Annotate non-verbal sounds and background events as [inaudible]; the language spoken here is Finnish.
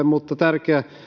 [unintelligible] mutta ovat tärkeä